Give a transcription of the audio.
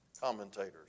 commentators